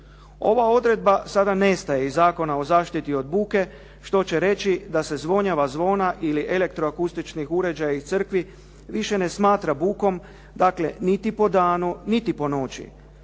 Ova odredba sada nestaje iz Zakona o zaštiti od buke što će reći da se zvonjava zvona ili elektroakustičkih uređaja iz Crkvi više ne smatra bukom, dakle niti po danu, niti po noći.